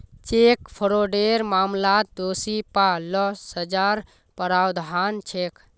cheque फ्रॉडेर मामलात दोषी पा ल सजार प्रावधान छेक